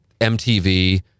MTV